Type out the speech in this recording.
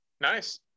nice